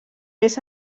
més